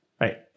Right